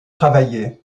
travaillaient